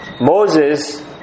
Moses